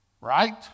right